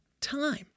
time